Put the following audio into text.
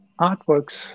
artworks